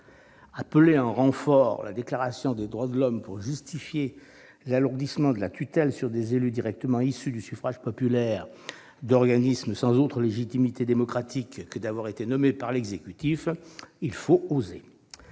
Appeler en renfort la Déclaration des droits de l'homme et du citoyen pour justifier l'alourdissement de la tutelle sur des élus directement issus du suffrage populaire par des organismes sans autre légitimité démocratique que d'avoir été nommés par l'exécutif, il faut oser